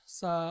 sa